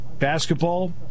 Basketball